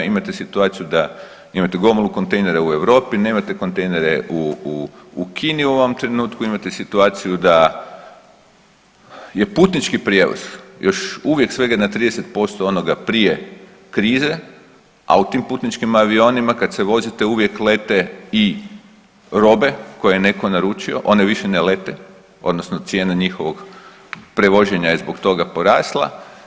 Imate situaciju da imate gomilu kontejnera u Europi, nemate kontejnere u, u, u Kini u ovom trenutku imate situaciju da je putnički prijevoz još uvijek svega na 30% onoga prije krize, a u tim putničkim avionima kad se vozite uvijek lete i robe koje je netko naručio, one više ne lete odnosno cijene njihovog prevoženja je zbog toga porasla.